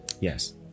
yes